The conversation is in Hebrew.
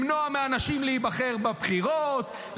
למנוע מאנשים להיבחר בבחירות,